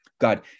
God